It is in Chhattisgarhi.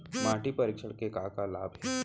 माटी परीक्षण के का का लाभ हे?